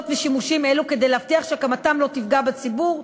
ושימושים אלו כדי להבטיח שהקמתם לא תפגע בציבור.